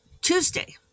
Tuesday